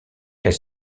elle